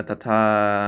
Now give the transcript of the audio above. तथा